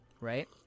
Right